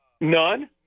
None